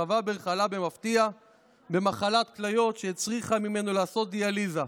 הרב הבר חלה במפתיע במחלת כליות שהצריכה ממנו לעשות דיאליזה.